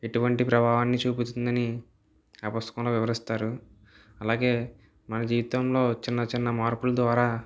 ఇటువంటి ప్రభావాన్ని చూపిస్తుందని ఆ పుస్తకంలో వివరిస్తారు అలాగే మన జీవితంలో చిన్న చిన్న మార్పుల ద్వారా